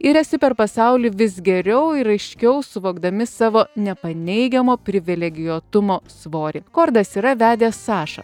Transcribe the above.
iriasi per pasaulį vis geriau ir aiškiau suvokdami savo nepaneigiamo privilegijuotumo svorį kordas yra vedęs sašą